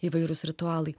įvairūs ritualai